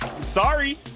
Sorry